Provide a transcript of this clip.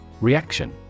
Reaction